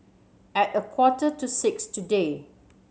at a quarter to six today